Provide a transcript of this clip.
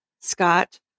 Scott